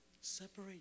Separate